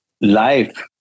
life